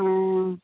हाँ